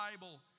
Bible